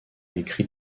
écrit